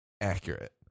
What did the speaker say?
accurate